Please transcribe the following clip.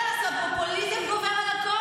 אני לא חייבת לענות לך.